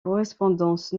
correspondances